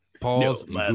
pause